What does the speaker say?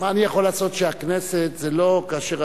מה אני יכול לעשות שהכנסת זה לא כאשר